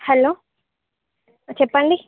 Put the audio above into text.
hello చెప్పండి